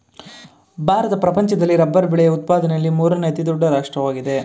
ಭಾರತ ಪ್ರಪಂಚದಲ್ಲಿ ರಬ್ಬರ್ ಬೆಳೆಯ ಉತ್ಪಾದನೆಯಲ್ಲಿ ಮೂರನೇ ಅತಿ ದೊಡ್ಡ ರಾಷ್ಟ್ರವಾಗಿದೆ